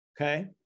okay